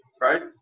right